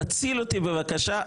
תציל אותי בבקשה,